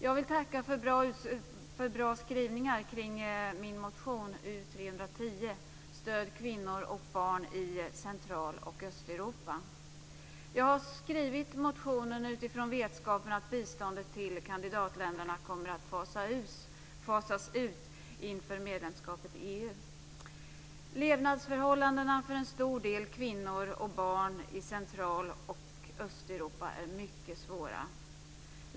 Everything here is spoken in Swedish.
Jag vill tacka för bra skrivningar kring min motion U310 om stöd till kvinnor och barn i Central och Östeuropa. Jag har skrivit motionen utifrån vetskapen att biståndet till kandidatländerna kommer att fasas ut inför medlemskapet i EU. Levnadsförhållandena för en stor del kvinnor och barn i Central och Östeuropa är mycket svåra.